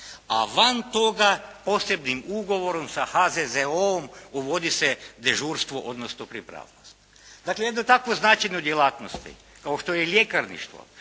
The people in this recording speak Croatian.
a van toga posebnim ugovorom sa HZZ-om uvodi se dežurstvo, odnosno pripravnost. Dakle, jednoj tako značajnoj djelatnosti kao što je ljekarništvo